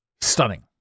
stunning